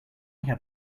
had